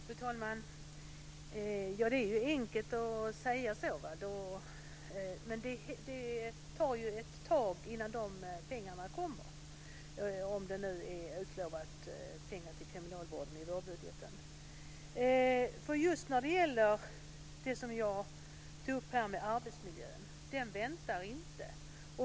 Fru talman! Det är ju enkelt att säga så. Men det tar ett tag innan pengarna kommer om det nu är utlovat pengar till kriminalvården i vårbudgeten. Just när det gäller det som jag tog upp med arbetsmiljön är det så att den väntar inte.